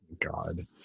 God